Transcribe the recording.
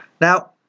Now